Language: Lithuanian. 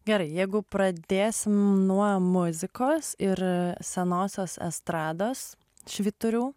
gerai jeigu pradėsim nuo muzikos ir senosios estrados švyturių